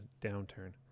downturn